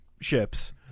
ships